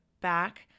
back